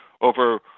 over